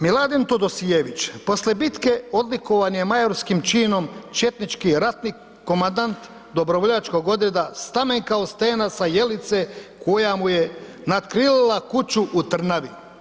Miladin Todosijević poslije bitke odlikovan je majorskim činom četnički ratnik, komandant dobrovoljačkog odreda stamen kao stena sa Jelice koja mu je natkrilila kuću u Trnavi.